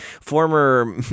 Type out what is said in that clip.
former